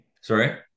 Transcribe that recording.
Sorry